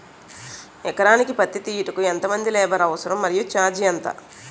ఎకరానికి పత్తి తీయుటకు ఎంత మంది లేబర్ అవసరం? మరియు ఛార్జ్ ఎంత?